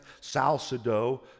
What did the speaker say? Salcedo